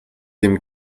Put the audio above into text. dem